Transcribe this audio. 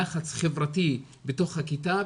לחץ חברתי בתוך הכיתה,